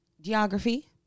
Geography